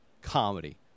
Comedy